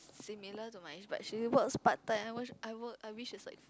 similar to mine but she works part-time I work I work I wish it's like